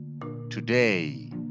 today